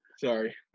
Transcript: Sorry